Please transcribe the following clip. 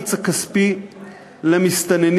התמריץ הכספי למסתננים